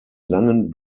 langen